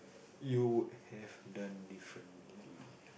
you would have done differently